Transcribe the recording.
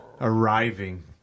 arriving